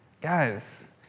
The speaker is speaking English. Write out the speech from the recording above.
Guys